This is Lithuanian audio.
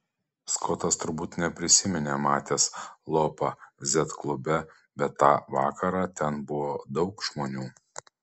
skotas turbūt neprisiminė matęs lopą z klube bet tą vakarą ten buvo daug žmonių